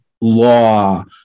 law